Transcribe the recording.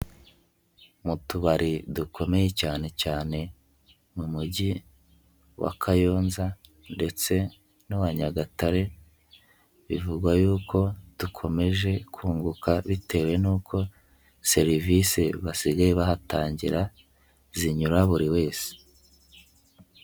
Mu tubari dukomeye cyane cyane mu mujyi wa Kayonza ndetse n'uwa Nyagatare, bivugwa y'uko dukomeje kunguka bitewe n'uko serivisi basigaye bahatangira zinyura buri wese.